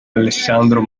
alessandro